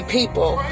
people